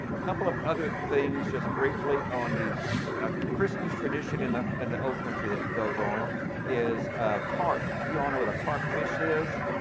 couple of other things just briefly on the christmas tradition in the and the old country that goes on is carp. you all know what a carp fish is.